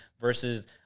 versus